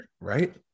Right